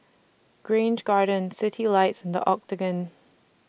Grange Garden Citylights and The Octagon